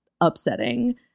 upsetting